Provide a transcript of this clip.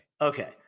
Okay